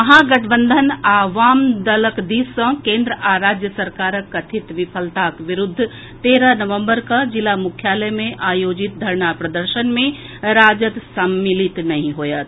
महागठबंधन आ वाम दलक दिस सँ केन्द्र आ राज्य सरकारक कथित विफलताक विरूद्ध तेरह नवम्बर के जिला मुख्यालय मे आयोजित धरना प्रदर्शन मे राजद सम्मिलित नहि होयत